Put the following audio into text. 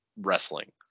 wrestling